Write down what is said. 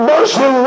Mercy